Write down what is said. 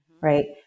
Right